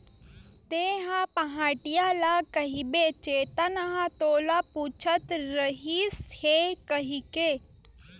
तेंहा पहाटिया ल कहिबे चेतन ह तोला पूछत रहिस हे कहिके